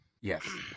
Yes